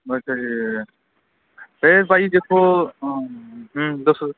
ਅੱਛਾ ਜੀ ਅਤੇ ਭਾਅ ਜੀ ਦੇਖੋ ਹਾਂ ਹੂੰ ਦੱਸੋ